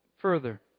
further